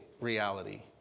reality